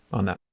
on that.